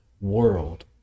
world